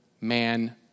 man